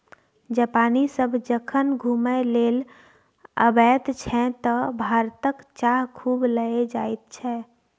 जापानी सभ जखन घुमय लेल अबैत छै तँ भारतक चाह खूब लए जाइत छै